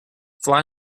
fly